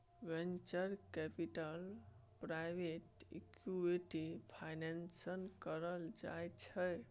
venture capital private equity financing कएल जाइ छै